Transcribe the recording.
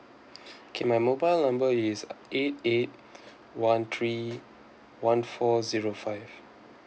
okay my mobile number is eight eight one three one four zero five